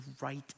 right